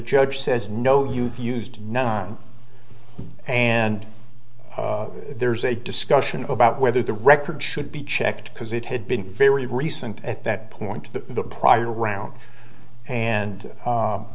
judge says no you've used nine and there's a discussion about whether the record should be checked because it had been very recent at that point to the prior round and